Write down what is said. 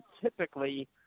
typically